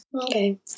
Okay